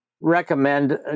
recommend